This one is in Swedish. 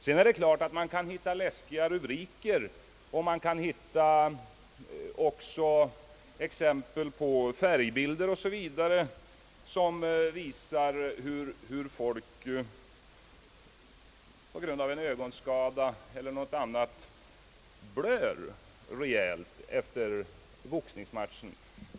Det är klart att man kan hitta »läskiga» rubriker och exempel på färgbilder som visar personer som på grund av en ögonskada eller någonting annat blöder rejält efter en boxningsmatch.